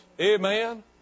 Amen